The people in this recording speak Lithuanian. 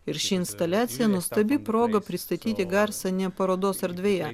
ir ši instaliacija nuostabi proga pristatyti garsą ne parodos erdvėje